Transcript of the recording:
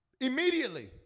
Immediately